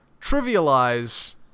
trivialize